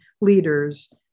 leaders